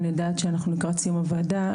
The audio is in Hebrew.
אני יודעת שאנחנו לקראת סיום הוועדה.